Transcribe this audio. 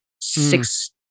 six